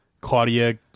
Claudia